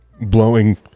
blowing